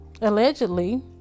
allegedly